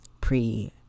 pre